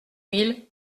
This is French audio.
mille